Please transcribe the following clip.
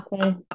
Okay